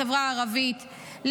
לחברה הערבית.